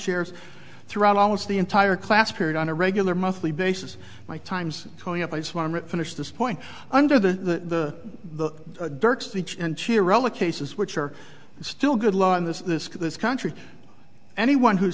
shares throughout almost the entire class period on a regular monthly basis my time's coming up i just want to finish this point under the dark speech and cheer ella cases which are still good law in this country anyone who